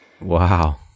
wow